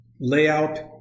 layout